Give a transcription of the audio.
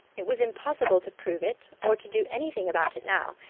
it was impossible to prove it or to do anything about it now,